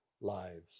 lives